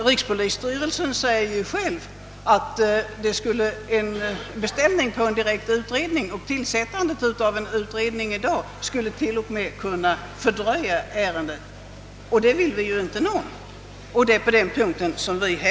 Rikspolisstyrelsen har själv framhållit att en direkt beställning och ett tillsättande av en utredning i dag t.o.m. skulle kunna fördröja hela ärendet — och det vill ju ingen av oss medverka till.